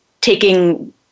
taking